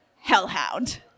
hellhound